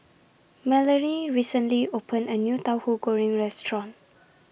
Melony recently opened A New Tauhu Goreng Restaurant